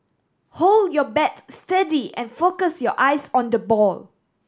hold your bat steady and focus your eyes on the ball